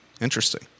Interesting